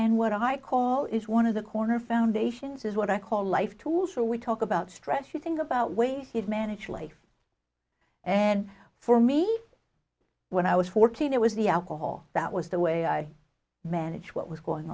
what i call is one of the corner foundations is what i call life tools or we talk about stress you think about ways that manage life and for me when i was fourteen it was the alcohol that was the way i manage what was going